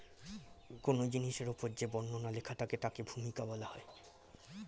কোন জিনিসের উপর যে বর্ণনা লেখা থাকে তাকে ভূমিকা বলা হয়